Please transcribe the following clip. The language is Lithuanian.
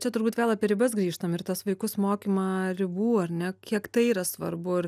čia turbūt vėl apie ribas grįžtam ir tas vaikus mokymą ribų ar ne kiek tai yra svarbu ir